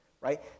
right